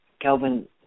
Kelvin